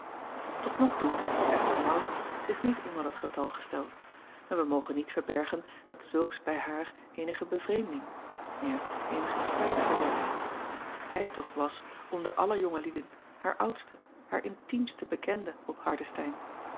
ot nog toe had echter aurits zich niet onder dat getal gesteld en wij mogen niet verbergen dat zulks bij haar eenige bevreemding ja eenigen spijt verwekte ij toch was onder alle jonge lieden haar oudste haar intiemste bekende op